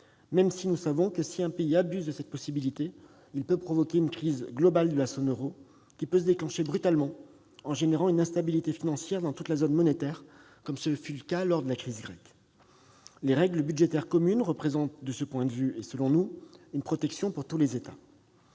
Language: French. savons, c'est-à-dire que si un pays abuse de cette possibilité, il peut provoquer une crise globale de la zone euro, laquelle peut se déclencher brutalement, en suscitant une instabilité financière dans toute la zone monétaire, comme ce fut le cas lors de la crise grecque. Les règles budgétaires communes représentent, de ce point de vue et selon nous, une protection pour tous les États.